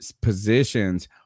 positions